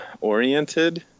oriented